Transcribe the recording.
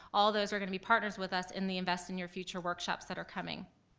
all those are gonna be partners with us in the invest in your future workshops that are coming.